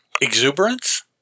Exuberance